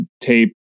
tape